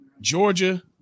Georgia